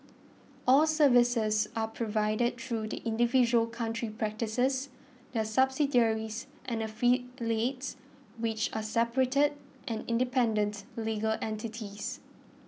all services are provided through the individual country practices their subsidiaries and affiliates which are separate and independent legal entities